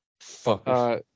Fuck